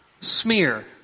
smear